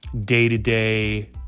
day-to-day